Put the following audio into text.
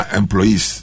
employees